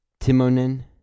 Timonen